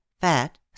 fat